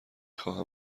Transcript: خواهم